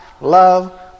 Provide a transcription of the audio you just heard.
love